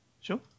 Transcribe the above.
sure